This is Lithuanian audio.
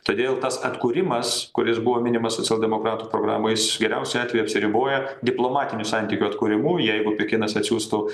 todėl tas atkūrimas kuris buvo minimas socialdemokratų programoj jis geriausiu atveju apsiriboja diplomatinių santykių atkūrimu jeigu pekinas atsiųstų